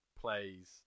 plays